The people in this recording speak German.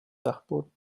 dachboden